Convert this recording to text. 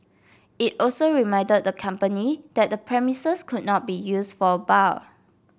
it also reminded the company that the premises could not be used for a bar